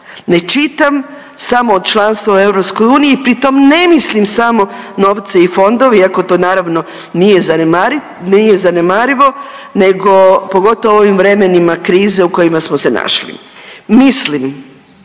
ne čitam samo od članstva u EU, pri tome ne mislim samo novce i fondove, iako to naravno nije zanemarivo nego pogotovo u ovim vremenima krize u kojima smo se našli. Mislim